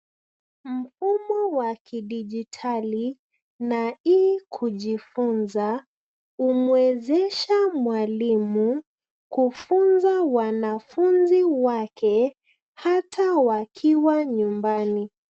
Mfumo wa kidijitali na e-kujifunza humwezesha mwalimu kufunza wanafunzi wake hata wakiwa nyumbani.